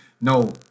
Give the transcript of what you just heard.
No